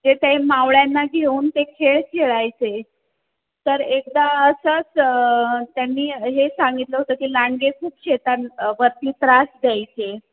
जे ते मावळ्यांना घेऊन ते खेळ खेळायचे तर एकदा असंच त्यांनी हे सांगितलं होतं की लांडगे खूप शेतांवरती त्रास द्यायचे